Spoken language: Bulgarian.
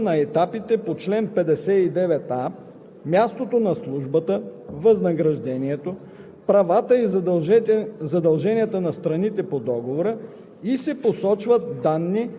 на която резервистът се назначава, съответстващото военно звание, срокът на договора и продължителността на етапите по чл. 59а,